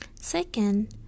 Second